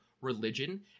religion